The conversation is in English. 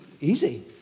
Easy